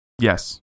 Yes